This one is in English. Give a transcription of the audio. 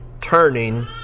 turning